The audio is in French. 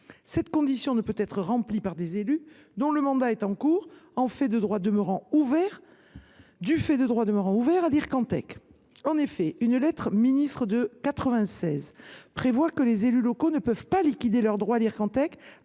Cette condition ne peut être remplie par des élus dont le mandat est en cours, du fait de droits demeurant ouverts à l’Ircantec. En effet, une lettre ministérielle de 1996 prévoit que les élus locaux ne peuvent pas liquider leurs droits à l’Ircantec